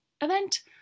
event